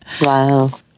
Wow